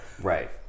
Right